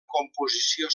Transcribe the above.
composició